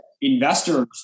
investors